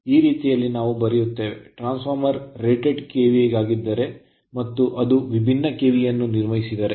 ಈ ರೀತಿಯಲ್ಲಿ ನಾವು ಬರೆಯುತ್ತೇವೆ ಟ್ರಾನ್ಸ್ ಫಾರ್ಮರ್ ರೇಟೆಡ್ KVA ಗಾಗಿದ್ದರೆ ಮತ್ತು ಅದು ವಿಭಿನ್ನ KVA ಅನ್ನು ನಿರ್ವಹಿಸಿದರೆ